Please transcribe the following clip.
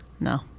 No